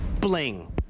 bling